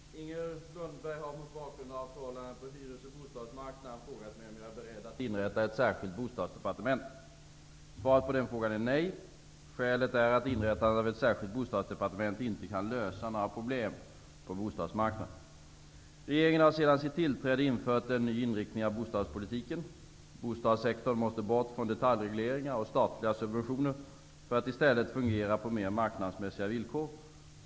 Herr talman! Låt mig börja med att uttrycka mitt deltagande med herr talmannen för hans förkylning. Inger Lundberg har mot bakgrund av förhållanden på hyres och bostadsmarknaden frågat mig om jag är beredd att inrätta ett särskilt bostadsdepartement. Svaret på den frågan är nej. Skälet är att inrättandet av ett särskilt bostadsdepartement inte kan lösa några problem på bostadsmarknaden. Regeringen har sedan sitt tillträde infört en ny inriktning av bostadspolitiken. Bostadssektorn måste bort från detaljregleringar och statliga subventioner för att i stället fungera på mer marknadsmässiga villkor.